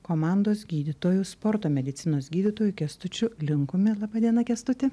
komandos gydytoju sporto medicinos gydytoju kęstučiu linkumi laba diena kęstuti